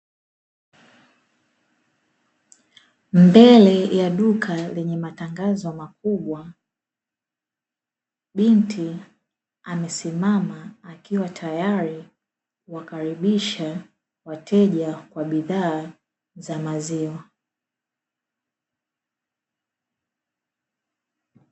Mbele ya duka lenye matangazo makubwa, binti amesimama akiwa tayari kuwakaribisha wateja wa bidhaa za maziwa.